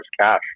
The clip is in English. cash